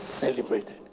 Celebrated